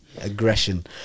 aggression